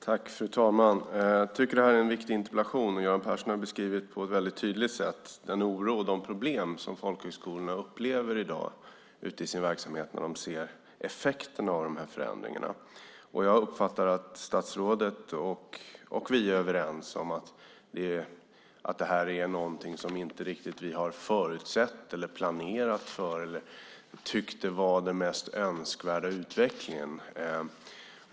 Fru talman! Jag tycker att det här är en viktig interpellation. Göran Persson har på ett mycket tydligt sätt beskrivit den oro och de problem som folkhögskolorna upplever i dag i sin verksamhet när de ser effekterna av förändringarna. Jag uppfattar att statsrådet och vi är överens om att det här är något som vi inte riktigt har förutsett, planerat eller tyckt vara den mest önskvärda utvecklingen.